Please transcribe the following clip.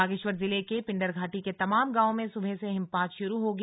बागेश्वर जिले के पिंडरघाटी के तमाम गांवों में सुबह से हिमपात शुरू हो गया